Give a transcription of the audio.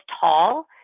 tall